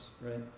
right